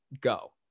go